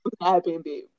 Airbnb